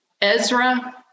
Ezra